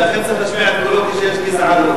ולכן הוא צריך להשמיע את קולו כשיש גזענות.